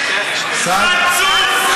החוצה.